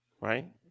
Right